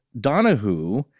Donahue